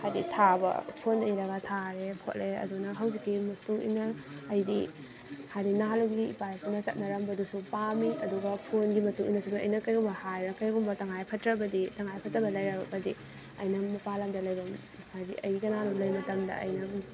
ꯍꯥꯏꯗꯤ ꯊꯥꯕ ꯐꯣꯟꯗ ꯏꯔꯒ ꯊꯥꯔꯦ ꯈꯣꯠꯂꯦ ꯑꯗꯨꯅ ꯍꯧꯖꯤꯛꯀꯤ ꯃꯇꯨꯡ ꯏꯟꯅ ꯑꯩꯗꯤ ꯍꯥꯏꯗꯤ ꯅꯍꯥꯟꯋꯥꯏꯒꯤ ꯏꯄꯥ ꯏꯄꯨꯅ ꯆꯠꯅꯔꯝꯕꯗꯨꯁꯨ ꯄꯥꯝꯃꯤ ꯑꯗꯨꯒ ꯐꯣꯟꯒꯤ ꯃꯇꯨꯡ ꯏꯟꯅꯁꯨ ꯑꯩꯅ ꯀꯩꯒꯨꯝꯕ ꯍꯥꯏꯔ ꯀꯩꯒꯨꯝꯕ ꯇꯉꯥꯏ ꯐꯗ꯭ꯔꯕꯗꯤ ꯇꯉꯥꯏꯐꯗꯕ ꯂꯩꯔꯕꯗꯤ ꯑꯩꯅ ꯃꯄꯥꯟ ꯂꯝꯗ ꯂꯩꯕ ꯍꯥꯏꯗꯤ ꯑꯩꯒꯤ ꯀꯅꯥꯅꯣꯝꯃ ꯂꯩ ꯃꯇꯝꯗ ꯑꯩꯅ